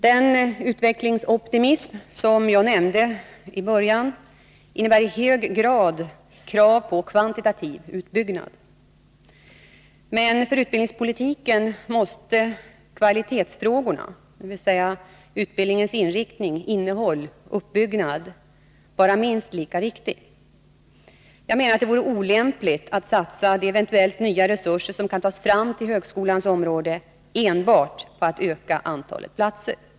Den utvecklingsoptimism som jag nämnde i början innebär i hög grad krav på kvantitativ uppbyggnad. Men för utbildningspolitiken måste kvalitetsfrågorna, dvs. utbildningens inriktning, innehåll och uppbyggnad, vara minst lika viktig. Jag menar att det vore olämpligt att satsa de eventuellt nya resurser som kan tas fram till högskolans område enbart på ett ökat antal platser.